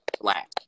black